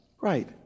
right